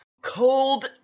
cold